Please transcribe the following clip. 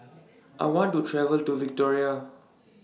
I want to travel to Victoria